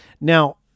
Now